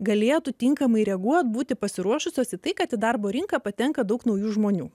galėtų tinkamai reaguoti būti pasiruošusi tai kad į darbo rinką patenka daug naujų žmonių